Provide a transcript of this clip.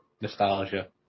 Nostalgia